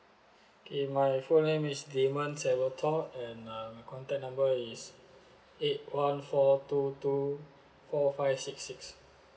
okay my full name is damon salvatore and uh my contact number is eight one four two two four five six six